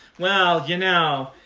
well, you know,